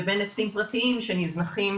ובין עצים פרטיים שנזנחים